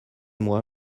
moi